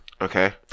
okay